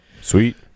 Sweet